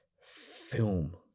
film